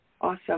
awesome